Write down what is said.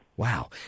Wow